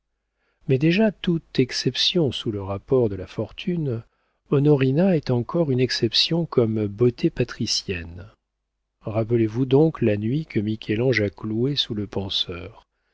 mais déjà tout exception sous le rapport de la fortune onorina est encore une exception comme beauté patricienne rappelez-vous donc la nuit que michel-ange a clouée sous le penseur